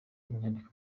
inyandiko